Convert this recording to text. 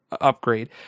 upgrade